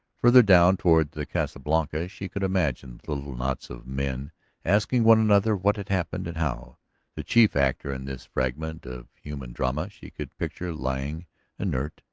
farther down toward the casa blanca she could imagine the little knots of men asking one another what had happened and how the chief actor in this fragment of human drama she could picture lying inert,